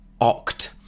Oct